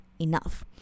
enough